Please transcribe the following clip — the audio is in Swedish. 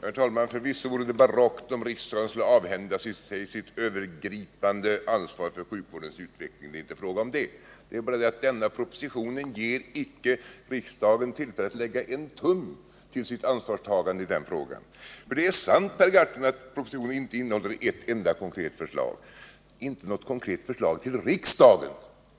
Herr talman! Förvisso vore det barockt om riksdagen skulle avhända sig sitt övergripande ansvar för sjukvårdens utveckling. Det är inte fråga om det. Det är bara det att denna proposition icke ger riksdagen tillfälle att lägga en tum till sitt ansvarstagande i den frågan. Det är sant, Per Gahrton, att propositionen inte innehåller ett enda konkret förslag — inte något konkret förslag till riksdagen,